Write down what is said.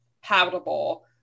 habitable